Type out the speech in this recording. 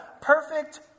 perfect